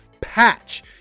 patch